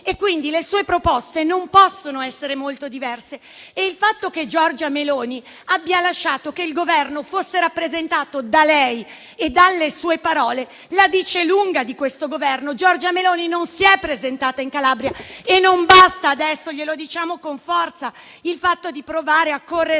quindi, le sue proposte non possono essere molto diverse; e il fatto che Giorgia Meloni abbia lasciato che il Governo fosse rappresentato da lei e dalle sue parole la dice lunga su questo Governo. Giorgia Meloni non si è presentata in Calabria e non basta - adesso glielo diciamo con forza - provare a correre